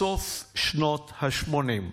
בסוף שנות השמונים,